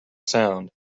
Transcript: sound